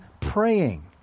praying